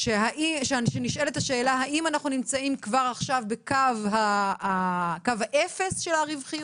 ועוד שנשאלת השאלה האם אנחנו נמצאים כבר עכשיו בקו האפס של הרווחיות.